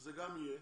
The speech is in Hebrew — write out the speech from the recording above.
שזה גם יהיה